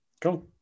Cool